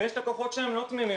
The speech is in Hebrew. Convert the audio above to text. ויש לקוחות שהם לא תמימים,